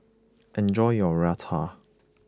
enjoy your Raita